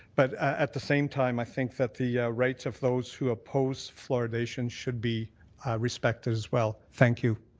but at the same time, i think that the yeah rights of those who oppose fluoridation should be respected as well. thank you.